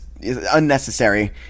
unnecessary